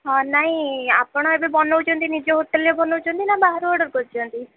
ହଁ ନାଇଁ ଆପଣ ଏବେ ବନଉଛନ୍ତି ନିଜ ହୋଟେଲ୍ରେ ବନଉଛନ୍ତି ନା ବାହାରୁ ଅର୍ଡର୍ କରୁଛନ୍ତି